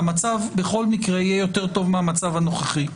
והמצב בכל מקרה יהיה יותר טוב מהמצב הנוכחי.